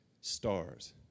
stars